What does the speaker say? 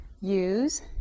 use